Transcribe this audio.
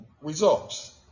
results